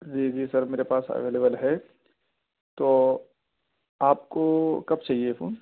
جی جی سر میرے پاس اویلیبل ہے تو آپ کو کب چاہیے فون